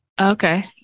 Okay